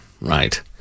Right